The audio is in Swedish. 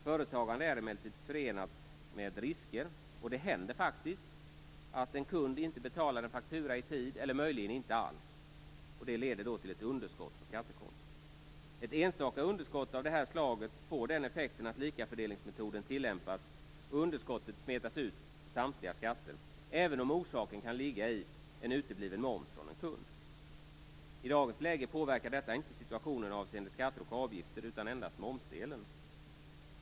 Företagande är emellertid förenat med risker, och det händer att en kund inte betalar en faktura i tid eller möjligen inte alls. Det kan leda till underskott på skattekontot. Ett enstaka underskott av det här slaget får den effekten att likafördelningsmetoden tillämpas och underskottet smetas ut på samtliga skatter, även om orsaken kan vara utebliven moms från en kund. I dagens läge påverkar detta inte situationen avseende skatter och avgifter utan endast momsdelen.